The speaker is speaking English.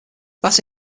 that